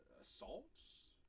assaults